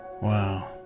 Wow